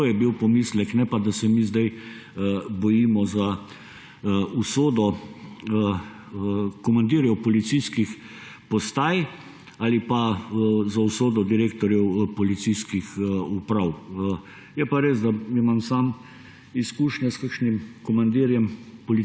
To je bil pomislek. Ne pa, da se mi zdaj bojimo za usodo komandirjev policijskih postaj ali pa za usodo direktorjev policijskih uprav. Je pa res, da imam sam izkušnje s kakšnim komandirjem